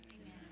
Amen